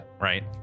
Right